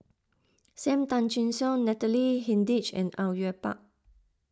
Sam Tan Chin Siong Natalie Hennedige and Au Yue Pak